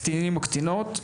קטינים או קטינות,